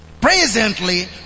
Presently